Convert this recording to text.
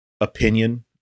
opinion